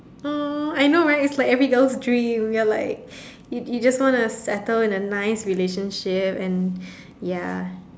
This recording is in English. uh I know right it's like every girl's dream you're like you you just wanna settle in a nice relationship and ya